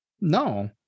No